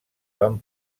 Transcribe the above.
van